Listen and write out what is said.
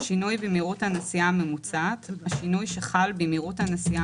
"שינוי במהירות הנסיעה הממוצעת" השינוי שחל במהירות הנסיעה